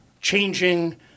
changing